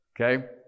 Okay